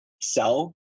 sell